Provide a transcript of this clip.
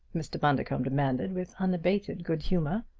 mr. bundercombe demanded, with unabated good humor.